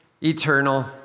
eternal